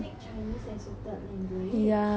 oh that's so cool ya